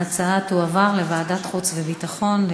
ההצעה תועבר לדיון בוועדת החוץ והביטחון.